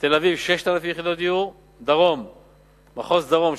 תל-אביב, 6,000 יחידות דיור, מחוז דרום,